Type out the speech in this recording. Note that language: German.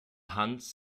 hans